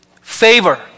favor